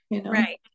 Right